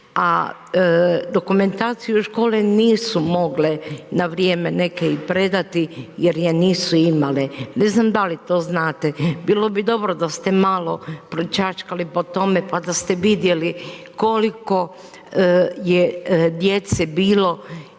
a dokumentaciju škole nisu mogle na vrijeme neke i predati jer je nisu imale. Ne znam da li to znate. Bilo bi dobro da ste malo pročačkali po tome pa da ste vidjeli koliko je djece bilo